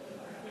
התשע"ב 2012,